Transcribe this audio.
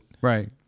Right